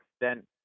extent